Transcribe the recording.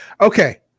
okay